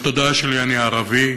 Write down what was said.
ובתודעה שלי אני ערבי,